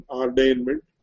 ordainment